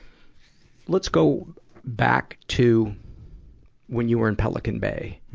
let's go back to when you were in pelican bay.